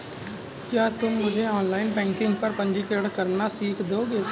कृपया तुम मुझे ऑनलाइन बैंकिंग पर पंजीकरण करना सीख दोगे?